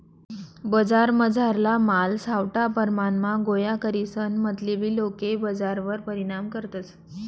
बजारमझारला माल सावठा परमाणमा गोया करीसन मतलबी लोके बजारवर परिणाम करतस